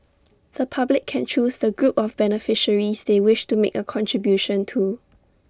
the public can choose the group of beneficiaries they wish to make A contribution to